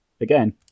again